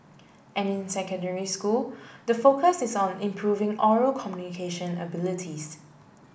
and in secondary school the focus is on improving oral communication abilities